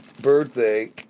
birthday